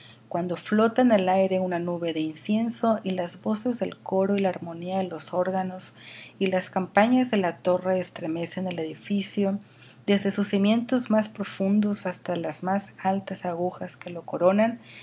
cuando flota en el aire una nube de incienso y las voces del coro y la armonía de los órganos y las campanas de la torre estremecen el edificio desde sus cimientos más profundos hasta las más altas agujas que lo coronan